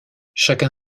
chacun